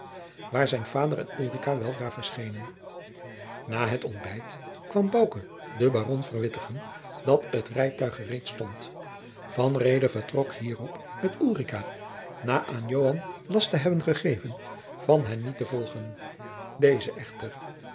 waar zijn vader en ulrica weldra jacob van lennep de pleegzoon verschenen na het ontbijt kwam bouke den baron verwittigen dat het rijtuig gereed stond van reede vertrok hierop met ulrica na aan joan last te hebben gegeven van hen niet te volgen deze echter